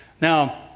Now